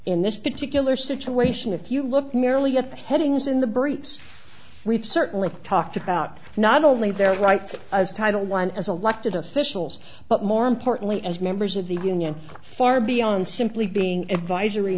in this particular situation if you look merely at the headings in the briefs we've certainly talked about not only their rights as title one as aleck to the officials but more importantly as members of the union far beyond simply being advisory